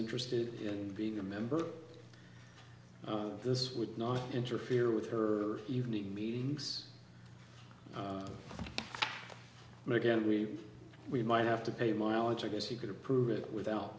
interested in being a member this would not interfere with her evening meetings where again we we might have to pay mileage i guess you could approve it without